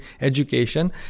education